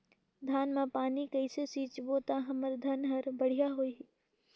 धान मा पानी कइसे सिंचबो ता हमर धन हर बढ़िया होही?